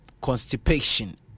constipation